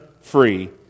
free